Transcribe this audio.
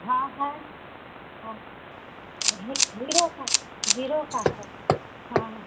हाँ है हाँ हीरो का हीरो का है हाँ